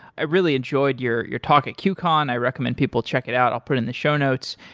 i really enjoyed your your talk at qcon. i recommend people check it out. i'll put it in the show notes.